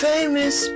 famous